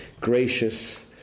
gracious